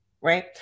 right